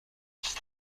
است